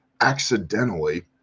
accidentally